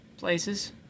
places